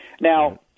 Now